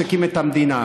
שהקים את המדינה.